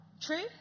True